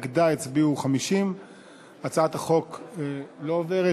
נגדה הצביעו 50. הצעת החוק לא עוברת,